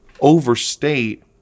overstate